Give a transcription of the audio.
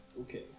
Okay